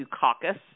Caucus